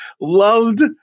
loved